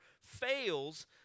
fails